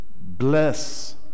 bless